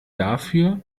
dafür